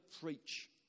preach